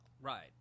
Right